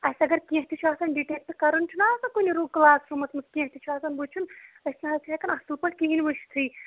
اَسہِ اَگر کیٚنٛہہ تہِ چھُ آسان ڈِٹیکٹ کَرُن چھُنا آسان کُنہِ کلاس روٗمَس مَنٛز کیٚنٛہہ تہِ چھُ آسان وٕچھان أسۍ نہٕ حظ ہیکان اصل پٲٹھۍ کِہیٖنۍ وٕچھتھ